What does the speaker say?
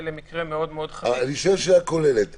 שונה מרמת החיוניות במוקדים טלפוניים אחרים שקשורים למסגרות